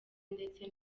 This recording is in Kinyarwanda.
ndetse